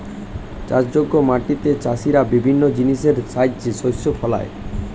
চাষযোগ্য মাটিতে চাষীরা বিভিন্ন জিনিসের সাহায্যে শস্য ফলায়